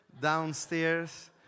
downstairs